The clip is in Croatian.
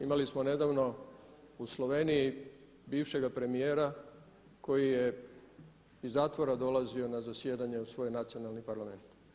Imali smo nedavno u Sloveniji bivšega premijera koji je iz zatvora dolazio na zasjedanje u svoj nacionalni parlament.